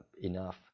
enough